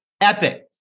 epic